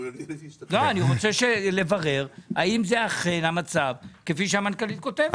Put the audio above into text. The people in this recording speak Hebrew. אני רוצה לברר האם זה אכן המצב כפי שהמנכ"לית כותבת.